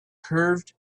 curved